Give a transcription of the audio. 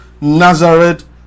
Nazareth